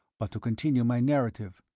but to continue my narrative.